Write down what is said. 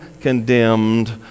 condemned